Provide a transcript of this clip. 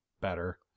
better